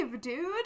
dude